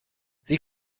sie